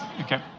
okay